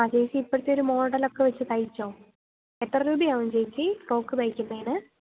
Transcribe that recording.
ആ ചേച്ചി ഇപ്പോഴത്തെ ഒരു മോഡലൊക്കെ വെച്ച് തയ്ച്ചോളൂ എത്ര രൂപയാകും ചേച്ചി ഫ്രോക്ക് തയ്ക്കുന്നതിന്